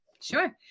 Sure